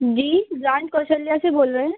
जी जान कौशल्या से बोले रहे हैं